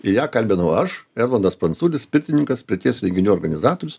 ją kalbinau aš edmundas pranculis pirtininkas pirties renginių organizatorius